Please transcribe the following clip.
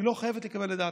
היא לא חייבת לקבל את דעתנו,